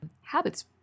habits